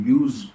use